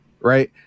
right